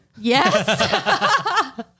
Yes